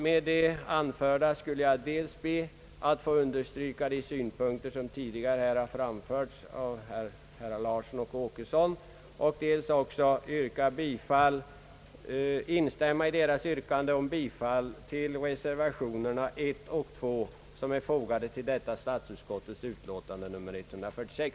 Med det anförda vill jag dels understryka de synpunkter som tidigare anförts av herrar Larsson och Åkesson, dels också instämma i deras yrkande om bifall till reservationerna nr 1 och 2 som är fogade till statsutskottets utlåtande nr 146.